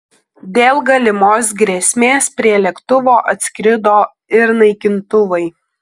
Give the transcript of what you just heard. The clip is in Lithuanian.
dėl galimos grėsmės prie lėktuvo atskrido ir naikintuvai